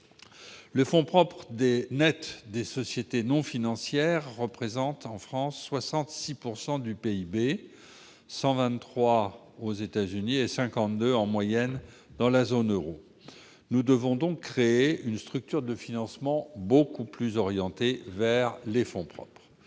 Les fonds propres nets des sociétés non financières représentent en France 66 % du PIB, contre 123 % aux États-Unis et 52 % en moyenne dans la zone euro. Nous devons donc créer une structure de financement beaucoup plus orientée vers le renforcement